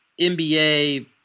NBA